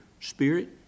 spirit